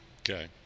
okay